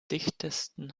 dichtesten